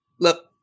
look